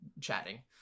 chatting